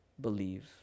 believe